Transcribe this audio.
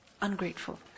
ungrateful